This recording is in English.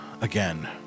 Again